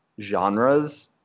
genres